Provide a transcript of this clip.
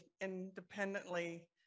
independently